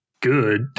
good